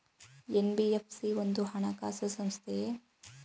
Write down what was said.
NBFC ಒಂದು ಹಣಕಾಸು ಸಂಸ್ಥೆಯೇ?